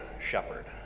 shepherd